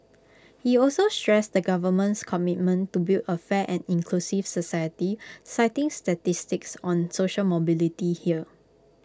he also stressed the government's commitment to build A fair and inclusive society citing statistics on social mobility here